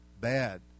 bad